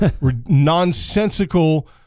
nonsensical